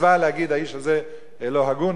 מצווה להגיד: האיש הזה לא הגון,